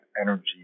energy